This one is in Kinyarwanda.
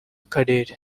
karera